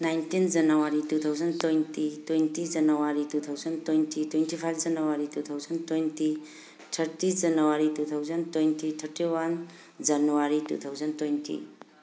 nineteen January two thousand twenty twenty January two thousand twenty twenty five January two thousand twenty thirty January two thousand twenty thirty one January two thousand twenty